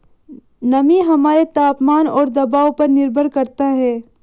नमी हमारे तापमान और दबाव पर निर्भर करता है